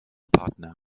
partner